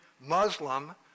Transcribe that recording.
Muslim